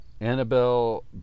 Annabelle